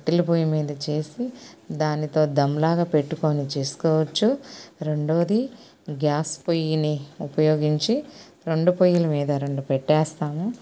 కట్టెల పొయ్యి మీద చేసి దానితో ధమ్ లాగా పెట్టుకోని చేసుకోవచ్చు రెండవది గ్యాస్ పొయ్యిని ఉపయోగించి రెండు పొయ్యిల మీద రెండు పెట్టేస్తాము